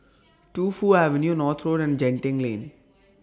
Tu Fu Avenue North Road and Genting Lane